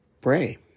pray